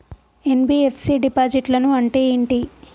NBFC డిపాజిట్లను అంటే ఏంటి?